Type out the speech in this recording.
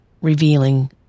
revealing